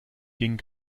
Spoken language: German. ging